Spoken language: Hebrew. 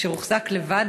והוחזק לבד,